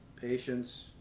Patience